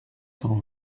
cent